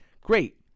great